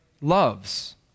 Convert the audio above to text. loves